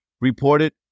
reported